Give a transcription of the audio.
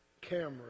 camera